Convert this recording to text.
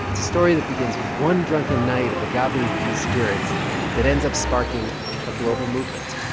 story that begins with one drunken night of agave-infused spirits that ends up sparking a global movement